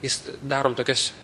jis darom tokias